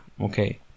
Okay